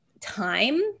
time